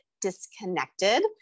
disconnected